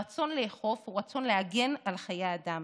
הרצון לאכוף הוא רצון להגן על חיי אדם,